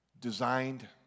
designed